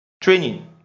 training